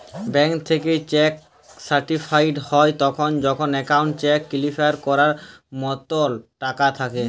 bank থ্যাইকে cheque certified তখল হ্যয় যখল একাউল্টে চ্যাক কিলিয়ার ক্যরার মতল টাকা থ্যাকে